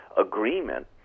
agreement